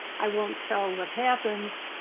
i won't tell what happens.